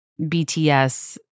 BTS